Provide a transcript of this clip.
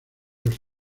los